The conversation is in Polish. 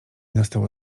nastało